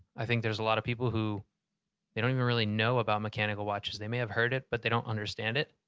i think there's a lot of people who don't even really know about mechanical watches. they may have heard it, but they don't understand it.